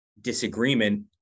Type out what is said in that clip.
disagreement